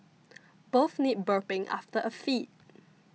both need burping after a feed